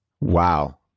Wow